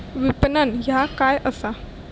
विपणन ह्या काय असा?